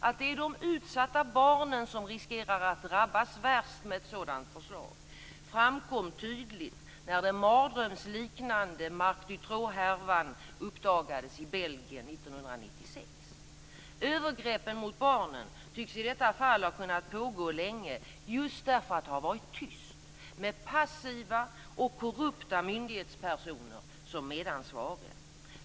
Att det är de utsatta barnen som riskerar att drabbas värst med ett sådant förslag framkom tydligt när den mardrömsliknande Marc Dutroux-härvan uppdagades i Belgien 1996. Övergreppen mot barnen tycks i detta fall ha kunnat pågå länge just därför att det har varit tyst, med passiva och korrupta myndighetspersoner som medansvariga.